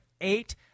eight